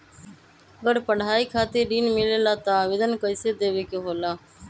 अगर पढ़ाई खातीर ऋण मिले ला त आवेदन कईसे देवे के होला?